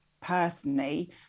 personally